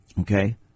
Okay